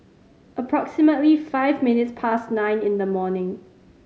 approximately five minutes past nine in the morning